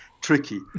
tricky